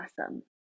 awesome